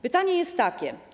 Pytanie jest takie.